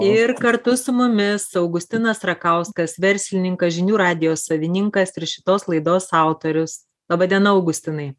ir kartu su mumis augustinas rakauskas verslininkas žinių radijo savininkas ir šitos laidos autorius laba diena augustinai